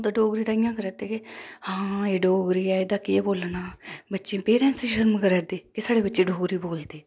हुन तां डोगरी ता इयां करा रदे के हां एह् डोगरी ऐ एहदा केह् बोलना बच्चे पेरेंट्स शर्म करा रदे के स्हाड़े बच्चे डोगरी बोलदे